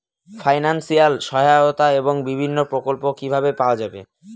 Financial সহায়তা এবং বিভিন্ন প্রকল্প কিভাবে পাওয়া যাবে?